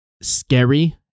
scary